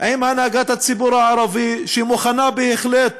עם הנהגת הציבור הערבי, שמוכנה בהחלט